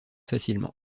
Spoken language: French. facilement